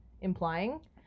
implying